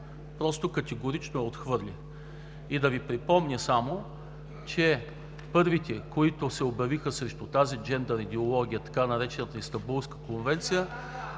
съд категорично я отхвърли. Да Ви припомня само, че първите, които се обявиха срещу тази джендър идеология, така наречената Истанбулска конвенция,